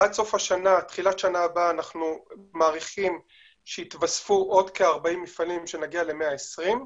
עד תחילת שנה הבאה אנחנו מעריכים שיתווספו עוד כ-40 מפעלים ונגיע ל-120.